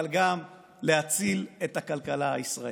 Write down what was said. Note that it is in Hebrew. אבל גם להציל את הכלכלה הישראלית.